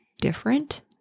different